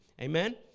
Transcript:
Amen